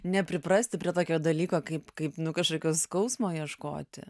nepriprasti prie tokio dalyko kaip kaip nu kažkokio skausmo ieškoti